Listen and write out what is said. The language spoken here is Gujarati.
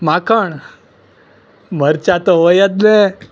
માખણ મરચાં તો હોય જ ને